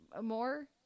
more